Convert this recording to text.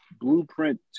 Blueprint